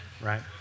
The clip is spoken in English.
right